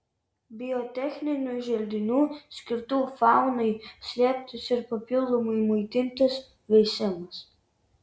biotechninių želdinių skirtų faunai slėptis ir papildomai maitintis veisimas